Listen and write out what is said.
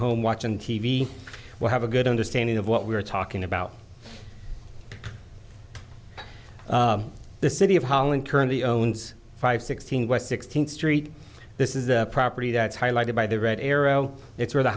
home watching t v will have a good understanding of what we're talking about the city of holland currently owns five sixteen west sixteenth street this is a property that's highlighted by the red arrow it's where the